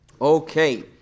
Okay